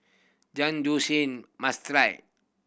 jian must try